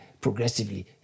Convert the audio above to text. progressively